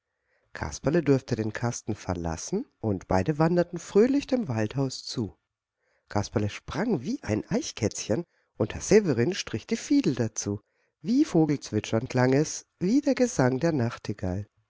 kasperle durfte den kasten verlassen und beide wanderten fröhlich dem waldhaus zu kasperle sprang wie ein eichkätzchen und herr severin strich die fiedel dazu wie vogelzwitschern klang es wie der gesang der nachtigall